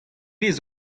pezh